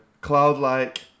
cloud-like